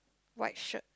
white shirt